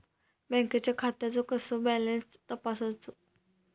बँकेच्या खात्याचो कसो बॅलन्स तपासायचो?